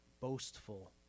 boastful